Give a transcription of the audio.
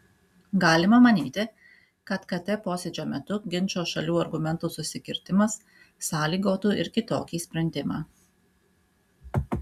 galima manyti kad kt posėdžio metu ginčo šalių argumentų susikirtimas sąlygotų ir kitokį sprendimą